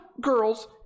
girls